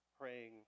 praying